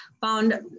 found